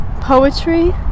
Poetry